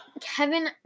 Kevin